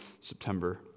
September